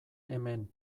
hemen